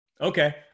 Okay